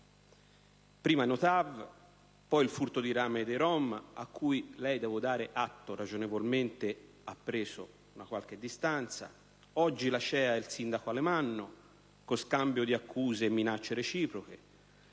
Prima i No TAV, poi il furto di rame dei rom, da cui lei - devo dargliene atto - ragionevolmente ha preso una qualche distanza, oggi l'ACEA e il sindaco Alemanno, con scambio di accuse e minacce reciproche.